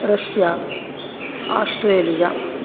Russia Australia